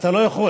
אתה לא יכול.